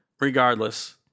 regardless